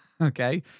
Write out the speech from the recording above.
okay